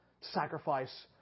sacrifice